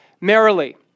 merrily